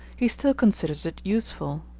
he still considers it useful.